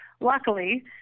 luckily